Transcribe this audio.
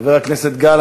חבר הכנסת גל,